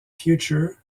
future